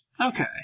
Okay